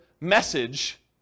message